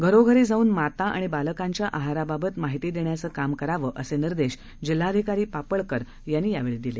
घरोघरी जाऊन माता आणि बालकांच्या आहाराबाबत माहिती देण्याचं काम करावं असे निर्देश जिल्हाधिकारी पापळकर यांनी यावेळी दिले